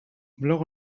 blog